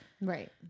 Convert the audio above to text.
right